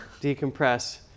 decompress